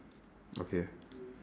okay